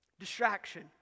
Distraction